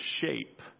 shape